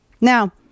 now